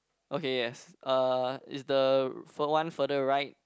okay yes uh it's the fur one further right